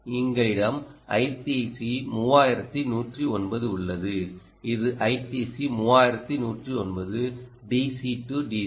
எங்களிடம் ITC3109 உள்ளது இது ITC3109 DC DC